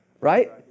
right